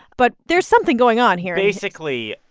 but there's something going on here. basically,